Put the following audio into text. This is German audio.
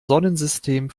sonnensystem